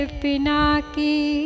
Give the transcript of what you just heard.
pinaki